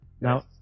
now